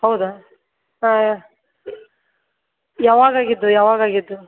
ಹೌದಾ ಯಾವಾಗಾಗಿದ್ದು ಯಾವಾಗಾಗಿದ್ದು